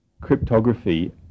Cryptography